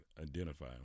identify